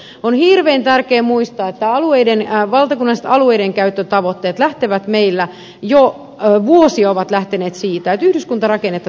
on hirveän tärkeä muistaa että valtakunnalliset alueidenkäyttötavoitteet ovat jo vuosia lähteneet siitä että yhdyskuntarakennetta tiivistetään